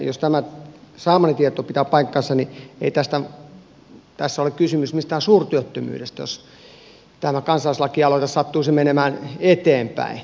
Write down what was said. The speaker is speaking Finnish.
jos tämä saamani tieto pitää paikkansa niin ei tässä ole kysymys mistään suurtyöttömyydestä jos tämä kansalaislakialoite sattuisi menemään eteenpäin